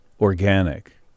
organic